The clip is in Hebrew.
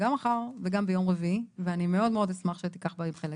גם מחר וגם ביום רביעי ואני מאוד אשמח שתיקח בהם חלק.